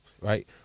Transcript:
right